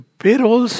payrolls